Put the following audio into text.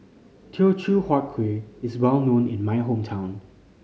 Teochew Huat Kuih is well known in my hometown